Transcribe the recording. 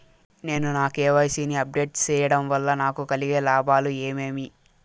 నేను నా కె.వై.సి ని అప్ డేట్ సేయడం వల్ల నాకు కలిగే లాభాలు ఏమేమీ?